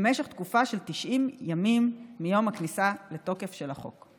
למשך תקופה של 90 ימים מיום הכניסה לתוקף של החוק.